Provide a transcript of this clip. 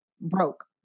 Broke